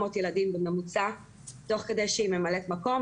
ילדים בממוצע תוך כדי שהיא ממלאת מקום,